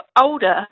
older